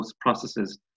processes